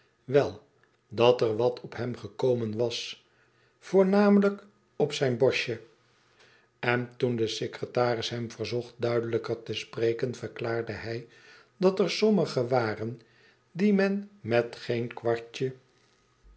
wel dat er wat op hem gekomen was voornamelijk op zijn borstj en toen de secretaris hem verzocht duidelijker te spreken verklaarde hij dat er sommige waren die men met geen kwartje